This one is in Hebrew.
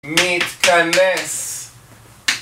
מתכנס